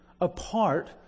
apart